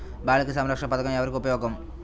బాలిక సంరక్షణ పథకం ఎవరికి ఉపయోగము?